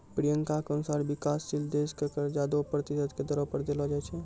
प्रियंका के अनुसार विकाशशील देश क कर्जा दो प्रतिशत के दरो पर देलो जाय छै